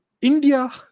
India